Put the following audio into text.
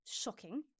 shocking